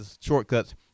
shortcuts